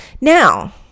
Now